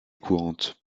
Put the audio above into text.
courante